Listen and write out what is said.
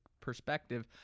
perspective